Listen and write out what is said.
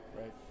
right